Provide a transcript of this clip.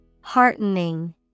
Heartening